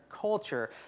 culture